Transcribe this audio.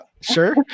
sure